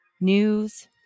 news